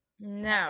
No